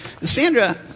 Sandra